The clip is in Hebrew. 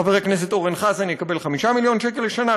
חבר הכנסת אורן חזן יקבל 5 מיליון שקל לשנה,